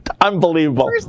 unbelievable